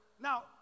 Now